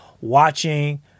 Watching